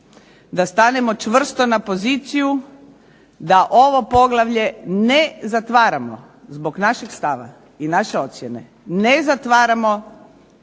da stanemo čvrsto na poziciju da ovo poglavlje ne zatvaramo zbog našeg stava i naše ocjene, ne zatvaramo